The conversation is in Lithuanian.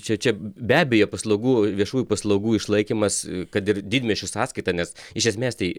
čia čia be abejo paslaugų viešųjų paslaugų išlaikymas kad ir didmiesčių sąskaita nes iš esmės tai